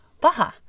Baja